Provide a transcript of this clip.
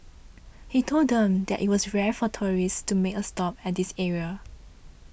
he told them that it was rare for tourists to make a stop at this area